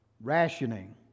Rationing